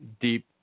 deep